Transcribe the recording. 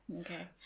Okay